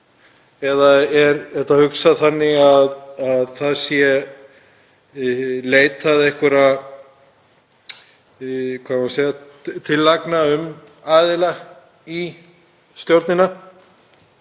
eða er þetta hugsað þannig að leitað sé einhverra tillagna um aðila í stjórnina?